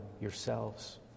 yourselves